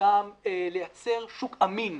גם לייצר שוק אמין,